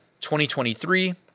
2023